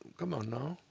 come on now.